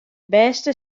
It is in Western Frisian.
bêste